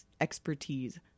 expertise